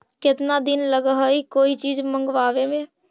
केतना दिन लगहइ कोई चीज मँगवावे में?